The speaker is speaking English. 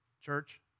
church